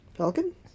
Falcon